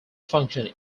function